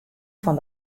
fan